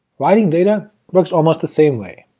writing data works almost the same way.